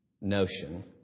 notion